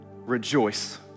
rejoice